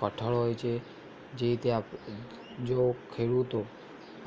કઠોર હોય છે જે રીતે આપણે જો ખેડૂતો